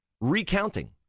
recounting